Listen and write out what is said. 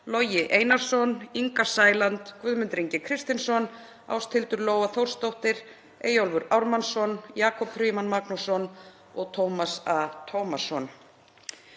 Logi Einarsson, Inga Sæland, Guðmundur Ingi Kristinsson, Ásthildur Lóa Þórsdóttir, Eyjólfur Ármannsson, Jakob Frímann Magnússon og Tómas A. Tómasson.